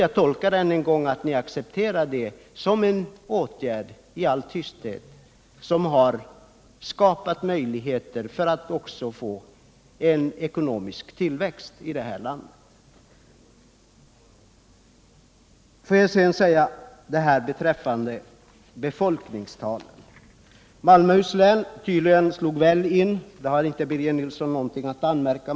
Jag tolkar detta så, att ni i all tysthet accepterat devalveringen som en åtgärd vilken skapat möjligheter att åstadkomma en ekonomisk tillväxt i det här landet. Får jag sedan säga några ord om befolkningstalen. I Malmöhus län slog prognoserna tydligen väl in — där hade Birger Nilsson inte någonting att säga.